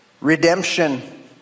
Redemption